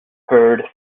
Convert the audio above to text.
heard